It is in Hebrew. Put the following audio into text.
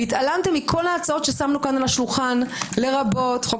ומכל ההצעות ששמנו על השולחן לרבות חוק